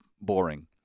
Boring